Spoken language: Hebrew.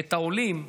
את העולים,